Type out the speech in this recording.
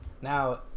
now